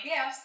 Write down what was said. Yes